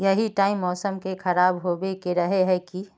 यही टाइम मौसम के खराब होबे के रहे नय की?